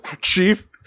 chief